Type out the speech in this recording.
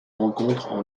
rencontrent